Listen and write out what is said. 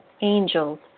angels